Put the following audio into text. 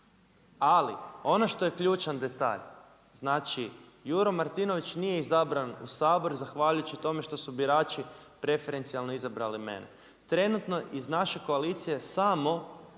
Ali ono što je ključan detalj, znači Juro Martinović nije izabran u Sabor zahvaljujući tome što su birači preferencionalno izabrali mene. Trenutno iz naše koalicije samo